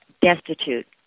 destitute